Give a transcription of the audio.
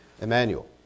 Emmanuel